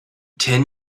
ten